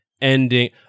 ending